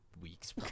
weeks